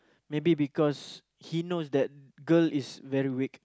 maybe because he knows that girl is very weak